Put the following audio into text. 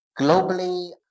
Globally